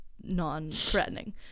non-threatening